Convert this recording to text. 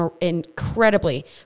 incredibly